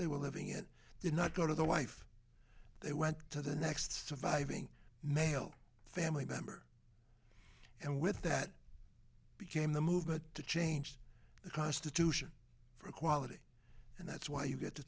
they were living it did not go to the wife they went to the next surviving male family member and with that became the movement to change the constitution for equality and that's why you get t